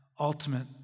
ultimate